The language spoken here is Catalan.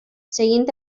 seguint